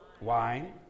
Wine